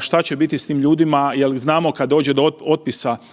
šta će biti s tim ljudima jer znamo kad dođe do otpisa